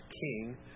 king